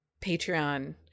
patreon